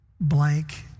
Blank